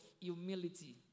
humility